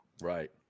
Right